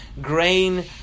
grain